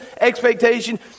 expectation